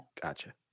Gotcha